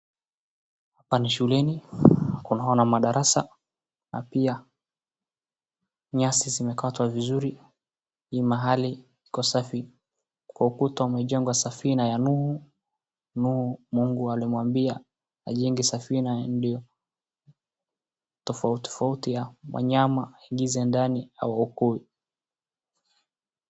Hapa ni shuleni, kuna madarasa na pia nyasi zimekatwa vizuri, hii mahali iko safi. Kwa ukuta umejengwa safina ya Noah, Noah Mungu alimwambia ajenge safina ndio tofautitofauti ya wanyama aingize ndani awaokoe.